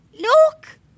Look